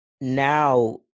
now